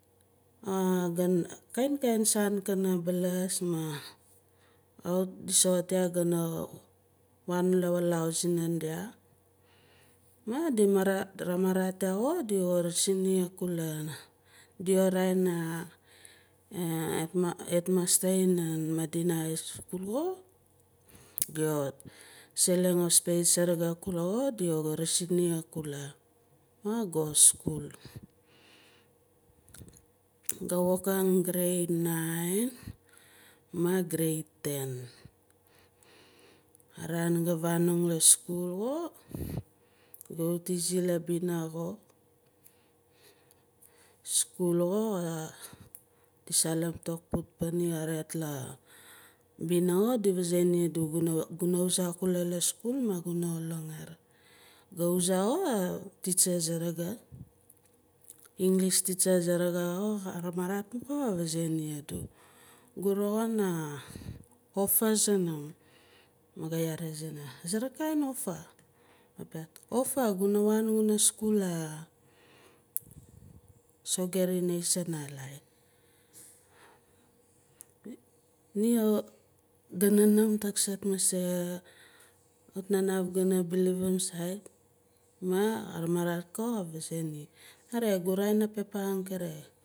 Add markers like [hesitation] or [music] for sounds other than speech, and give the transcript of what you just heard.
[hesitation] gana kainkain soan kana balaas ma kawit di soxot yah gana waan lawalau sinanda mah di marat ramarat ya xo di waah resin ni a kula di waah raa- in [hesitation] head master inan madina high school xo ka selang a space saraga xo di resin ni xo kula maah ga school. Ga wokang grade nince, maah grande ten arran ga vanong la skul xo ga wut izi labina xo. School ko di salim tok puut pana ni caarit labina xo di vazae ni adu guna wuzah akula la school maah guna langaar. Ga wuzan xo a teacher saraga english teacher saraga xo ka ramarat ko ka vazae nia adu gu roxin [hesitation] offer zunum maah ga yaare ziina azere kain offer maah ka piaat offer guna waan gunaskul la sogeri national high. Ni ga nanaam taksart mase kawit na naaf gana believer sait maan ka ramarat ko ka vazae ni nare gu raa- in apepea angkere.